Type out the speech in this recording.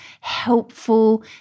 helpful